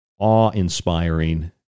awe-inspiring